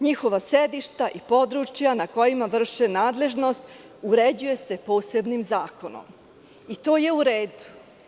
Njihova sedišta i područja na kojima vrše nadležnost uređuju se posebnim zakonom i to je u redu.